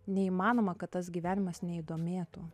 neįmanoma kad tas gyvenimas neįdomėtų